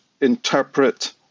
interpret